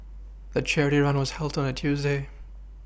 the charity run was held on a Tuesday